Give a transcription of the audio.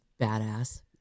badass